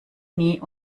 nie